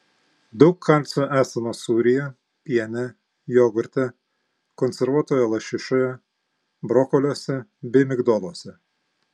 daug kalcio esama sūryje piene jogurte konservuotoje lašišoje brokoliuose bei migdoluose